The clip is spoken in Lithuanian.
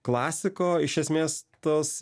klasiko iš esmės tos